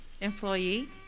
employee